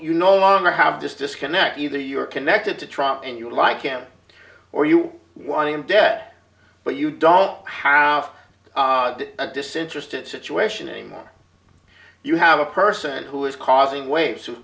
you no longer have this disconnect either you're connected to trump and you like him or you want him dead but you don't have a disinterested situation anymore you have a person who is causing wave